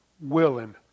willing